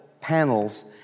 panels